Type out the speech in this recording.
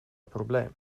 problem